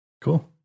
Cool